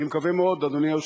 אני מקווה מאוד,